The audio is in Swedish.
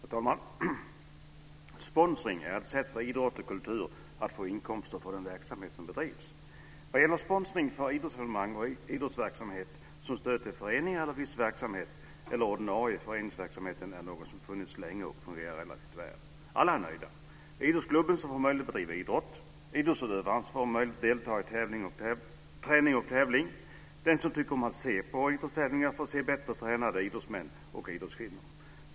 Herr talman! Sponsring är ett sätt för idrott och kultur att få inkomster för den verksamhet som bedrivs. Vad gäller sponsring av idrottsevenemang eller idrottsverksamhet, som stöd till föreningar för viss verksamhet eller den ordinarie föreningsverksamheten, är det något som funnits länge och fungerar relativt väl. Alla är nöjda. Idrottsklubben får möjlighet att bedriva idrott. Idrottsutövaren får möjlighet att delta i träning och tävling. Den som tycker om att se på idrottstävlingar får se bättre tränade idrottsmän och idrottskvinnor.